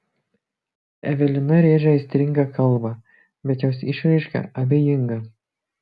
evelina rėžia aistringą kalbą bet jos išraiška abejinga